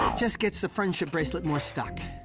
just gets the friendship bracelet more stuck.